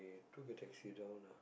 took a taxi down ah